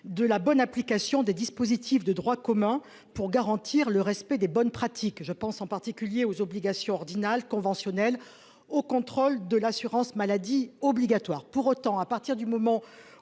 de la bonne application des dispositifs de droit commun pour garantir le respect des bonnes pratiques. Je pense en particulier aux obligations ordinale conventionnelle au contrôle de l'assurance maladie obligatoire pour autant à partir du moment où